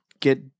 get